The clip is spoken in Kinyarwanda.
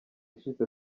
ushize